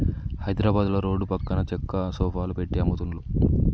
హైద్రాబాదుల రోడ్ల పక్కన చెక్క సోఫాలు పెట్టి అమ్ముతున్లు